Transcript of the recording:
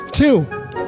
Two